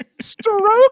Stroke